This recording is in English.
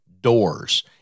doors